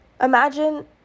Imagine